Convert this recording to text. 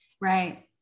Right